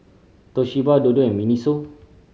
Toshiba Dodo and MINISO